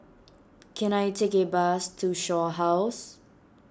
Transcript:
can I take a bus to Shaw House